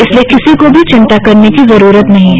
इसलिए किसी को भी चिंता करने की जरूरत नहीं है